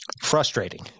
frustrating